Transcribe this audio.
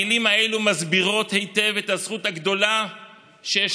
המילים האלו מסבירות היטב את הזכות הגדולה שיש